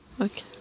Okay